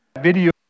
Video